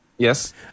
Yes